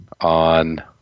on